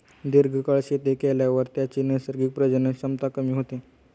दीर्घकाळ शेती केल्यावर त्याची नैसर्गिक प्रजनन क्षमता कमी होते